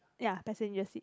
ya passenger seat